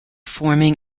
forming